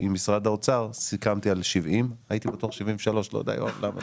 עם משרד האוצר סיכמתי על 70 מיליון שקלים.